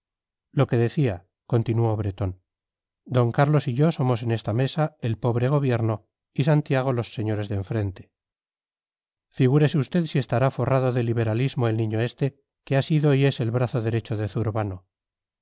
lo que decía continuó bretón d carlos y yo somos en esta mesa el pobre gobierno y santiago los señores de enfrente figúrese usted si estará forrado de liberalismo el niño este que ha sido y es el brazo derecho de zurbano